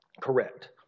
Correct